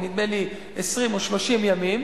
נדמה לי 20 או 30 ימים.